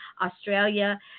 Australia